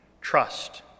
Trust